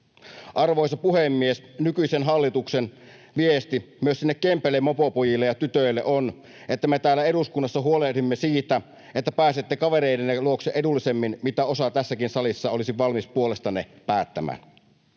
Arvoisa puhemies! Nykyisen hallituksen viesti myös Kempeleen mopopojille ja ‑tytöille on, että me täällä eduskunnassa huolehdimme siitä, että pääsette kavereidenne luokse edullisemmin kuin mitä osa tässäkin salissa olisi valmis puolestanne päättämään.